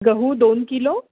गहू दोन किलो